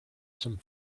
some